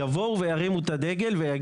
יבואו וירימו את הדגל ויגידו.